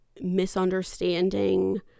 misunderstanding